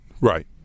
right